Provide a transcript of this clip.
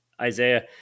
Isaiah